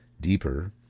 deeper